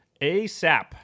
asap